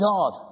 God